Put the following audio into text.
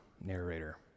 narrator